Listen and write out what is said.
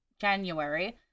January